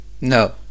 No